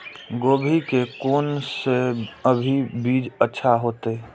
गोभी के कोन से अभी बीज अच्छा होते?